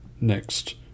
Next